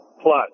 plus